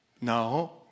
no